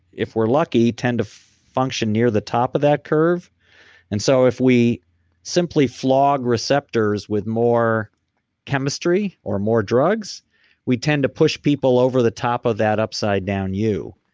if we're lucky, tend to function near the top of that curve and so if we simply flog receptors with more chemistry or more drugs we tend to push people over the top of that upside down u.